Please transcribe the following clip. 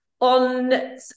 on